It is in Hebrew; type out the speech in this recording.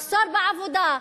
מחסור בעבודה,